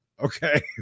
Okay